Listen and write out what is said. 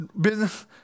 business